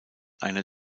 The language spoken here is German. einer